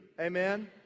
Amen